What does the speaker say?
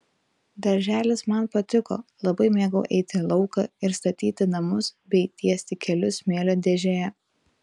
darželis man patiko labai mėgau eiti į lauką ir statyti namus bei tiesti kelius smėlio dėžėje